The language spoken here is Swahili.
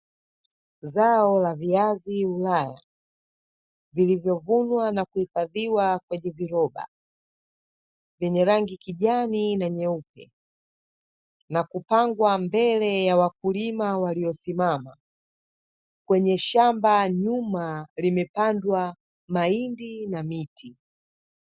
Zao la viazi ulaya vilivyovunwa na kuhifadhiwa kwenye viroba vyenye rangi kijani na nyeupe, na kupangwa mbele ya wakulima waliosimama kwenye shamba nyuma limepandwa mahindi na miti.